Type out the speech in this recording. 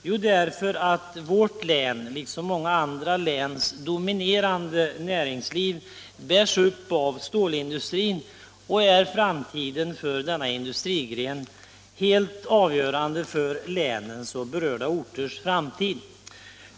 Jo, därför att vårt län liksom många andra läns dominerande näringsliv bärs upp av stålindustrin, och framtiden för denna industrigren är helt avgörande för länets och berörda orters framtid.